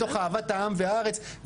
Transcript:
מתוך אהבת העם והארץ.